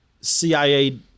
CIA